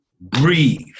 breathe